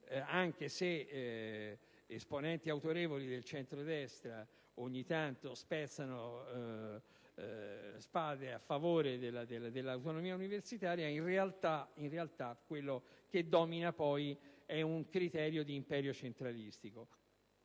anche se esponenti autorevoli del centrodestra ogni tanto spezzano lance a favore dell'autonomia universitaria, in realtà quello che domina poi è un criterio di imperio centralistico.